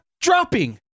dropping